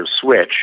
Switch